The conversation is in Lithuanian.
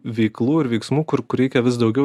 veiklų ir veiksmų kur kur reikia vis daugiau